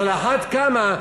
אז על אחת כמה וכמה,